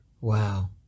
Wow